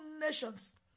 nations